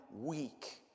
weak